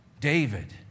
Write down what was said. David